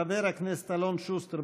חבר הכנסת אלון שוסטר,